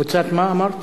קבוצת מה אמרת?